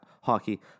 Hockey